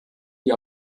die